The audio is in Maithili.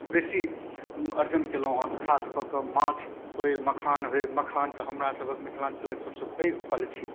बेसी अर्जन कएलहुँ हँ खासकऽ कऽ माँछ होइ मखान होइ मखान तऽ हमरासबके मिथिलाञ्चलके सबसँ पैघ फल छी